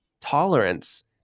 tolerance